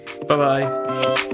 Bye-bye